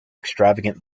extravagant